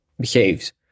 behaves